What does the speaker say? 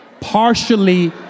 partially